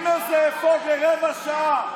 שים איזה אפוד לרבע שעה.